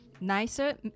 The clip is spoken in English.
nicer